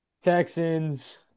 Texans